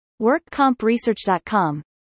workcompresearch.com